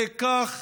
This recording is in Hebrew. זה כך